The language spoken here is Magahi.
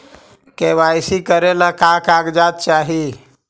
के.वाई.सी करे ला का का कागजात चाही?